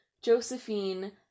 Josephine